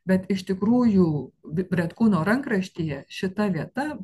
bet iš tikrųjų bretkūno rankraštyje šita vieta